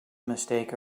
mistake